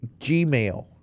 Gmail